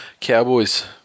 Cowboys